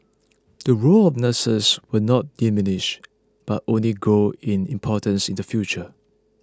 the role of nurses will not diminish but only grow in importance in the future